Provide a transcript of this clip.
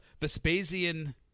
Vespasian